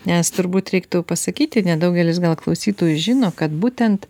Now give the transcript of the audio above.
nes turbūt reiktų pasakyti nedaugelis gal klausytojų žino kad būtent